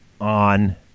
on